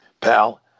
Pal